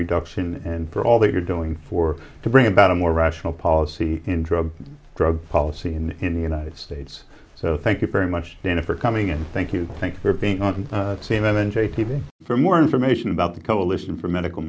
reduction and for all that you're doing for to bring about a more rational policy in drug drug policy and in the united states so thank you very much dana for coming in thank you thanks for being on c n n j t v for more information about the coalition for medical